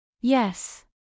Yes